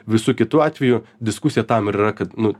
visų kitų atvejų diskusija tam ir yra kad nu